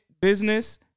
business